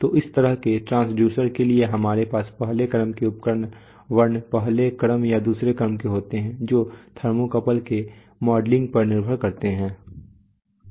तो इस तरह के ट्रांसड्यूसर के लिए हमारे पास पहले क्रम के उपकरण पहले क्रम या दूसरे क्रम के होते हैं जो थर्मोकपल के मॉडलिंग पर निर्भर करेगा